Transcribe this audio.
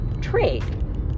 trade